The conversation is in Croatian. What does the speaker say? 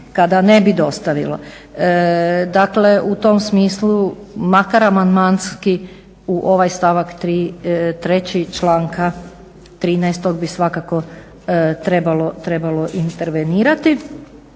kada ne bi dostavilo. Dakle u tom smislu makar amandmanski u ovaj stavak 3.članka 13.bi svakako bi trebalo intervenirati.